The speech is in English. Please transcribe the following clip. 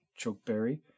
chokeberry